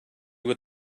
what